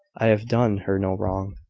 i have done her no wrong!